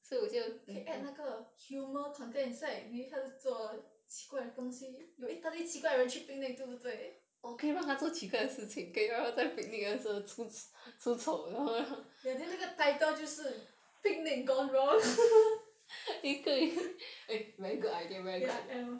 can add 那个 humour content inside maybe 她在做奇怪的东西有一大堆奇怪的人去 picnic 对不对 ya then 那个 title 就是 picnic gone wrong ya